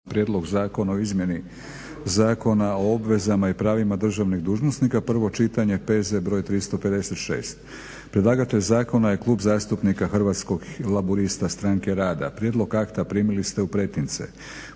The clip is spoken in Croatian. Prijedlog zakona o izmjeni Zakona o obvezama i pravima državnih dužnosnika, prvo čitanje, P.Z. br. 356 Predlagatelj – Klub zastupnika Hrvatskih laburista-Stranke rada. Prijedlog akt primili ste u pretince.